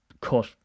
cut